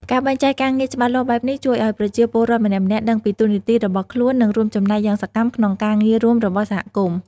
ការបែងចែកការងារច្បាស់លាស់បែបនេះ ជួយឲ្យប្រជាពលរដ្ឋម្នាក់ៗដឹងពីតួនាទីរបស់ខ្លួន និងរួមចំណែកយ៉ាងសកម្មក្នុងការងាររួមរបស់សហគមន៍។